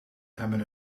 hebben